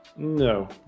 No